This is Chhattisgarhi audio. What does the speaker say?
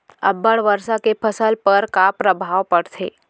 अब्बड़ वर्षा के फसल पर का प्रभाव परथे?